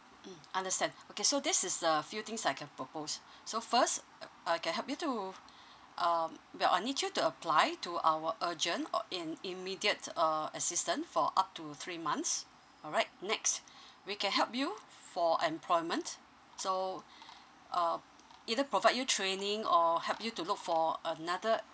mm understand okay so this is a few things that I can propose so first uh I can help you to um well I need you to apply to our urgent uh in immediate uh assistance for up to three months all right next we can help you f~ for employment so uh either provide you training or help you to look for another